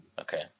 okay